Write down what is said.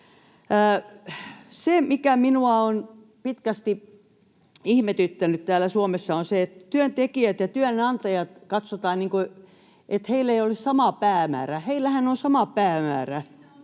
Se, mikä minua on pitkästi ihmetyttänyt täällä Suomessa, on se, että katsotaan, että työntekijöillä ja työnantajilla ei ole samaa päämäärää. Heillähän on sama päämäärä: